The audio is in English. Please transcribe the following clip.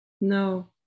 No